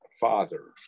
Father